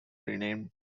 renamed